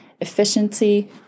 Efficiency